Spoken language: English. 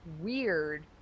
weird